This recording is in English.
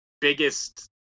biggest